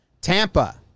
Tampa